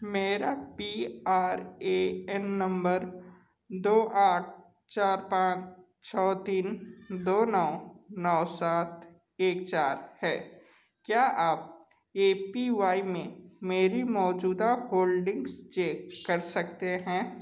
मेरा P R A N number दो आठ चार पाँच छः तीन दो नौ नौ सात एक चार है क्या आप ए पी वाई में मेरी मौजूदा होल्डिंग्स चेक कर सकते हैं